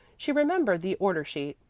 she remembered the order sheet.